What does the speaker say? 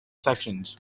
sections